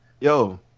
Yo